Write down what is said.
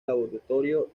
laboratorio